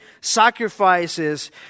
sacrifices